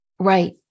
Right